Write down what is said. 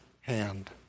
hand